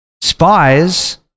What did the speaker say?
spies